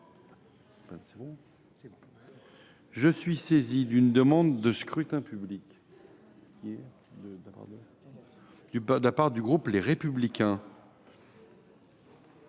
J’ai été saisi d’une demande de scrutin public émanant du groupe Les Républicains.